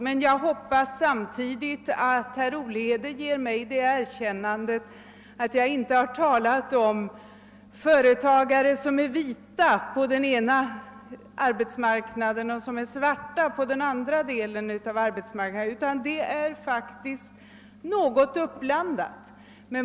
Men jag hoppas att herr Olhede samtidigt ger mig det erkännandet att jag inte har målat företgarna på den ena delen av arbetsmarknaden helt i vitt och dem på andra delen helt i svart; det är faktiskt något blandat.